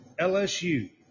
LSU